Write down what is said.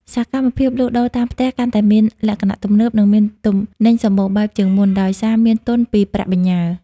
សកម្មភាពលក់ដូរតាមផ្ទះ កាន់តែមានលក្ខណៈទំនើប និងមានទំនិញសម្បូរបែបជាងមុន ដោយសារមានទុនពីប្រាក់បញ្ញើ។